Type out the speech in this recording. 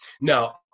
Now